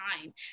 time